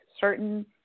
certain